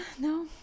No